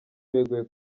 beguye